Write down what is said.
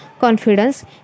confidence